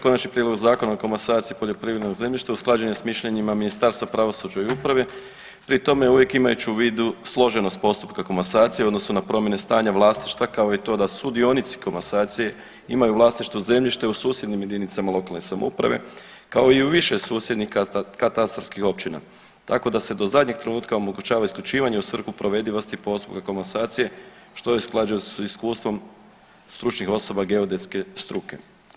Konačnim prijedlogom Zakona o komasaciji poljoprivrednog zemljišta usklađen je s mišljenjima Ministarstva pravosuđa i uprave, pri tome uvijek imajući u vidu složenost postupka komasacije u odnosu na promjene stanja vlasništva kao i to da sudionici komasacije imaju u vlasništvu zemljište u susjednim jedinicama lokalne samouprave kao i u više susjednih katastarskih općina, tako da se do zadnjeg trenutka omogućava isključivanje u svrhu provedivosti postupka komasacije što je u skladu s iskustvom stručnih osoba geodetske struke.